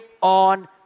on